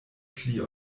pli